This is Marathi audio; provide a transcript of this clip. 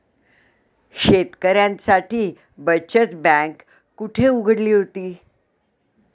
शेतकऱ्यांसाठी बचत बँक कुठे उघडली होती?